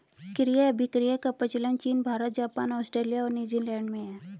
क्रय अभिक्रय का प्रचलन चीन भारत, जापान, आस्ट्रेलिया और न्यूजीलैंड में है